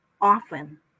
often